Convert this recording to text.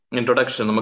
Introduction